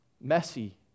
messy